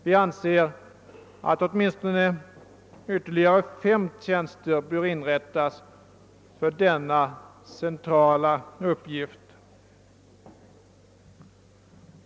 Vi anser att åtminstone ytterligare fem tjänster bör inrättas för denna centrala uppgift.